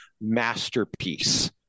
masterpiece